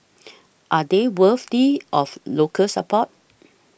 are they worthy of local support